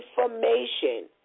information